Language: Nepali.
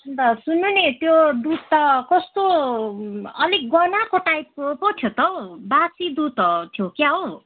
अन्त सुन्नु नि त्यो दुध त कस्तो अलिक गनाएको टाइपको पो थियो त हो बासी दुध हो थियो क्या हो